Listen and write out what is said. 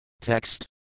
TEXT